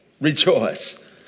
Rejoice